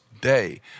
day